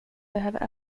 behöver